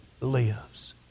lives